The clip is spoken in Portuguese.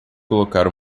colocar